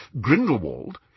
Grindelwald